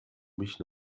mich